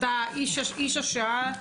אתה איש השעה.